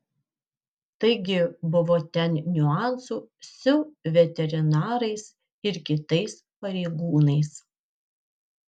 taigi buvo ten niuansų su veterinarais ir kitais pareigūnais